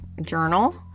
journal